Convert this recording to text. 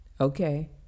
Okay